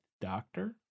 doctor